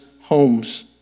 homes